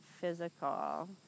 physical